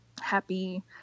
happy